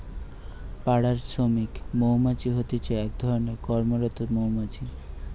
পাড়া শ্রমিক মৌমাছি হতিছে এক ধরণের কর্মরত মৌমাছি